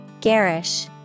Garish